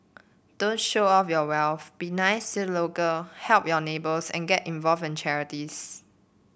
don't show off your wealth be nice to local help your neighbours and get involve in charities